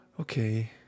okay